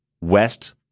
west